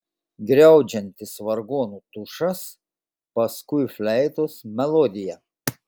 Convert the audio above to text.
griaudžiantis vargonų tušas paskui fleitos melodija